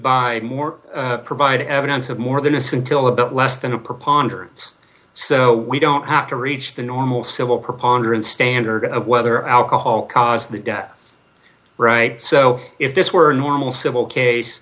by more provide evidence of more than a scintilla bit less than a preponderance so we don't have to reach the normal civil preponderance standard of whether alcohol caused the death right so if this were a normal civil